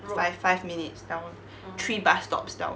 five five minutes down three bus stops down